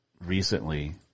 recently